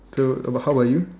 so how about you